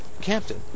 captain